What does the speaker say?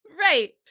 right